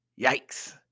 yikes